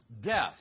death